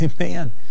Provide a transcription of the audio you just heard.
amen